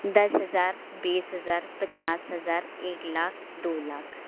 दस हज़ार बीस हज़ार पचास हज़ार एक लाख दो लाख